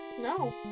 No